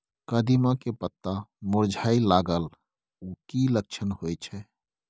कदिम्मा के पत्ता मुरझाय लागल उ कि लक्षण होय छै?